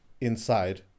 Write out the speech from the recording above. inside